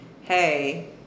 hey